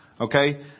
Okay